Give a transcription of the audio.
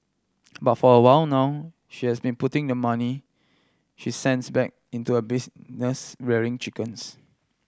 but for a while now she has been putting the money she sends back into a business rearing chickens